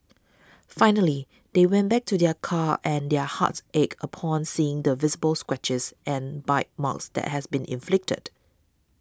finally they went back to their car and their hearts ached upon seeing the visible scratches and bite marks that has been inflicted